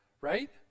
right